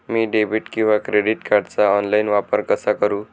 मी debit किंवा credit कार्डचा online वापर कसा करु?